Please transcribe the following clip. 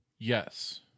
Yes